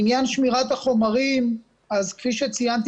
לעניין שמירת החומרים אז כפי שציינתי